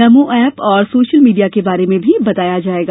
नमो app और social media के बारे में भी बताया जायेगा